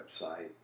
website